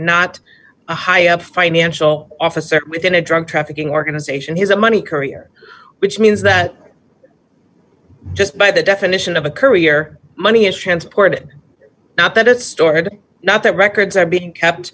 not a high up financial officer within a drug trafficking organization he's a money courier which means that just by the definition of a courier money is transported not that it's stored not that records are being kept